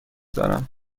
دارم